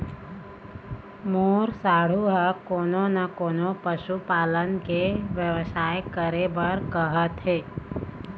मोर साढ़ू ह कोनो न कोनो पशु पालन के बेवसाय करे बर कहत हे